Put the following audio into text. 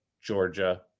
Georgia